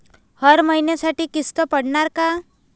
हर महिन्यासाठी किस्त पडनार का?